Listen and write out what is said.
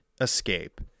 escape